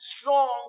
strong